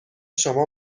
شما